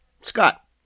scott